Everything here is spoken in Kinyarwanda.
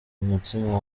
umutsima